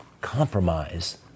compromise